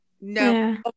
No